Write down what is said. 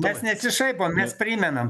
mes nesišaipom mes primenam